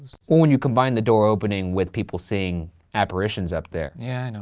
well, when you combine the door opening with people seeing apparitions up there yeah, i know.